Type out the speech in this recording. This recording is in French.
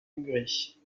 hongrie